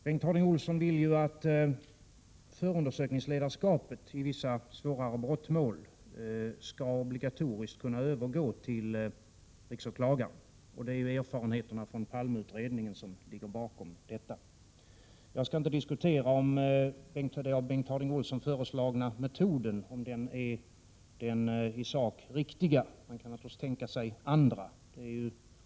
Bengt Harding Olson vill ju att förundersökningsledarskapet i vissa svårare brottmål skall obligatoriskt kunna övergå till riksåklagaren, och det är ju erfarenheterna från Palmeutredningen som ligger bakom detta. Jag skall inte gå in på om den av Bengt Harding Olson föreslagna metoden är den i sak riktiga. Man kan naturligtvis tänka sig andra metoder.